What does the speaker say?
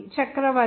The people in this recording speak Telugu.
చక్రవర్తిDr